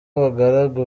abagaragu